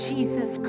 Jesus